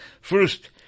First